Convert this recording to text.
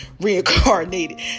reincarnated